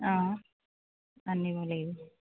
অঁ আনিব লাগিব